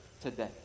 today